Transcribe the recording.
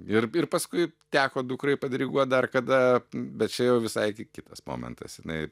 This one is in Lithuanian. ir ir paskui teko dukrai padiriguot dar kada bet čia jau visai kitas momentas jinai